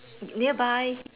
nearby